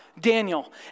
Daniel